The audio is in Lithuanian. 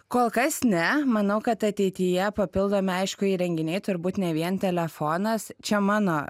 kol kas ne manau kad ateityje papildomi aišku įrenginiai turbūt ne vien telefonas čia mano